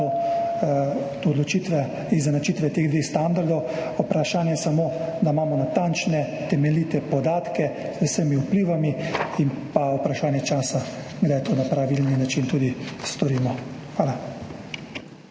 do odločitve izenačitve teh dveh standardov. Vprašanje je samo, ali imamo natančne, temeljite podatke z vsemi vplivi, in pa vprašanje časa, kdaj to na pravilni način tudi storimo. Hvala.